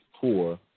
poor